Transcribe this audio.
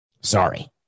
Sorry